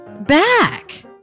back